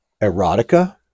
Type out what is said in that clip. erotica